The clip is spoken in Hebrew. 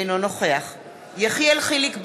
אינו נוכח יחיאל חיליק בר,